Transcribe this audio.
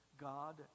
God